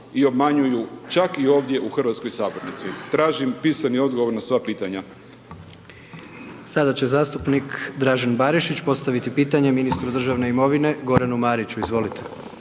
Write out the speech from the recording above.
i obmanjuju, čak i ovdje u hrvatskoj Sabornici. Tražim pisani odgovor na sva pitanja. **Jandroković, Gordan (HDZ)** Sada će zastupnik Dražen Barišić postaviti pitanje ministru državne imovine, Goranu Mariću, izvolite.